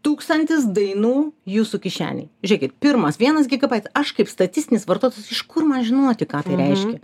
tūkstantis dainų jūsų kišenėj žiūrėkit pirmas vienas gigabaitas aš kaip statistinis vartotojas iš kur man žinoti ką tai reiškia